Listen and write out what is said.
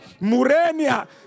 Murenia